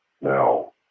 Now